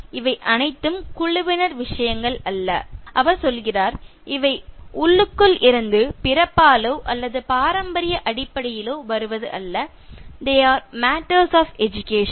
இவை அனைத்தும் குழுவினர் விஷயங்கள் அல்ல அவர் சொல்கிறார் இவை உள்ளுக்குள் இருந்து பிறப்பாலோ அல்லது பரம்பரிய அடிப்படையிலோ வருவது அல்ல "they are matters of education